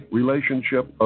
relationship